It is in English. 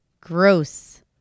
gross